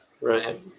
Right